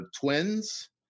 twins